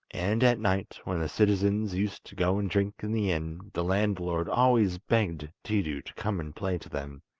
and at night, when the citizens used to go and drink in the inn, the landlord always begged tiidu to come and play to them.